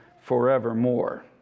forevermore